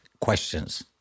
questions